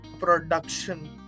production